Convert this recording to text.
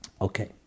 Okay